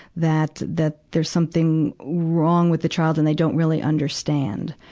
that, that there's something wrong with the child and they don't really understand.